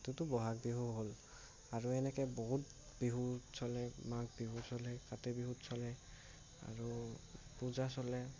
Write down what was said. সেইটোটো বহাগ বিহু হ'ল আৰু এনেকৈ বহুত বিহু চলে মাঘ বিহু চলে কাতি বিহু চলে আৰু পূজা চলে